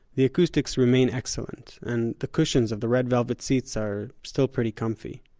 the acoustics remain excellent and the cushions of the red velvet seats are still pretty comfy.